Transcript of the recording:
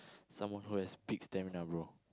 someone who has peak stamina bro